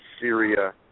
Syria